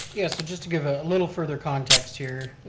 yes, so just to give a little further context here.